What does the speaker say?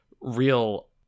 real